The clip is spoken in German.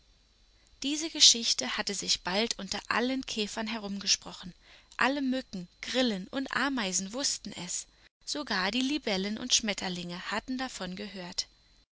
diese geschichte hatte sich bald unter allen käfern herumgesprochen alle mücken grillen und ameisen wußten es sogar die libellen und schmetterlinge hatten davon gehört